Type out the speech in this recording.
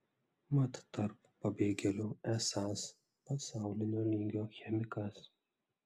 mat tarp pabėgėlių esąs pasaulinio lygio chemikas